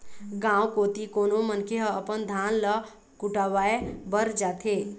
गाँव कोती कोनो मनखे ह अपन धान ल कुटावय बर जाथे